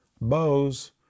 bows